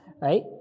right